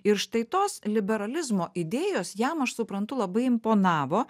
ir štai tos liberalizmo idėjos jam aš suprantu labai imponavo